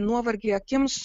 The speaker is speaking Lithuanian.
nuovargį akims